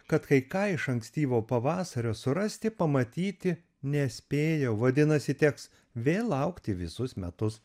kad kai ką iš ankstyvo pavasario surasti pamatyti nespėjau vadinasi teks vėl laukti visus metus